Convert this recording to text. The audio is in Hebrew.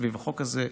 סביב החוק הזה.